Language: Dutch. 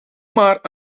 maar